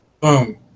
boom